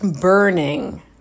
burning